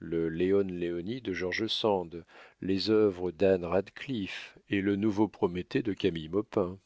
leone leoni de george sand les œuvres d'anne radcliffe et le nouveau prométhée de camille maupin